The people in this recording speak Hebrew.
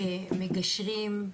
מגשרים,